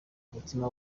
umutima